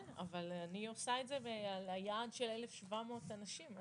כן, אבל אני עושה את זה על היעד של 1,700 אנשים.